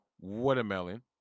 watermelon